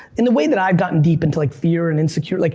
and the way that i've gotten deep into like fear and insecure, like